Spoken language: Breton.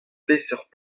peseurt